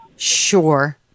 Sure